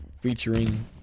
featuring